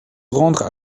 rendre